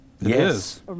Yes